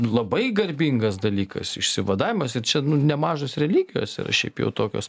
labai garbingas dalykas išsivadavimas ir čia nemažos religijos yra šiaip jau tokios